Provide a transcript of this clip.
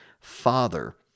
Father